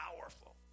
powerful